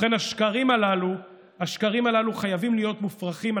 ובכן, השקרים הללו חייבים להיות מופרכים.